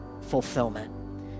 fulfillment